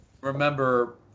Remember